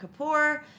Kapoor